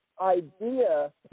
idea